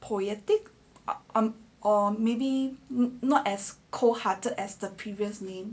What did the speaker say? poetic or maybe not as cold hearted as the previous name